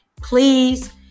Please